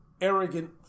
arrogant